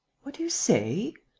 what do you say?